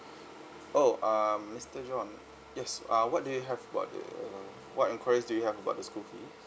oh uh mister john yes uh what do you have about the uh what enquiries do you have about the school fees